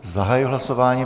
Zahajuji hlasování.